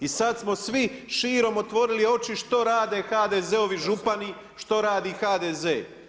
I sad smo svi širom otvorili oči što rade HDZ-ovi župani, što radi HDZ.